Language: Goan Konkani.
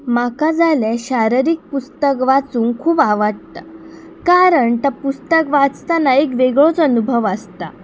म्हाका जाल्या शारिरीक पुस्तक वाचूंक खूब आवडटा कारण ता पुस्तक वाचतना एक वेगळोच अनुभव आसता